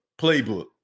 playbook